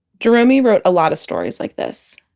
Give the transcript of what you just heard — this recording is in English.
jeromey wrote a lot of stories like this.